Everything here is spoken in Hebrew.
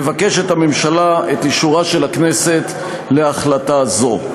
מבקשת הממשלה את אישורה של הכנסת להחלטה זו.